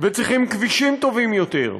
וצריכים כבישים טובים יותר,